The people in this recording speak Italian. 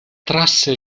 trasse